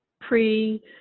pre